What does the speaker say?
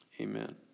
Amen